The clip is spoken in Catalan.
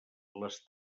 les